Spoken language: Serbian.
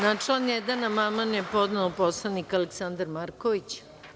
Na član 1. amandman je podneo narodni poslanik Aleksandar Marković.